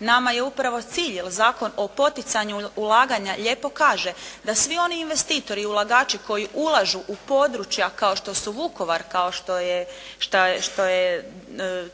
Nama je upravo cilj jer Zakon o poticanju ulaganja lijepo kaže da svi oni investitori i ulagači koji ulažu u područja kao što su Vukovar, kao što je